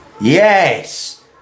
Yes